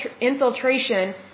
infiltration